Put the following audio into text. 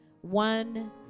one